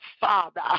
Father